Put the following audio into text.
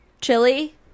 chili